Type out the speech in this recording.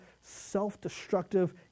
self-destructive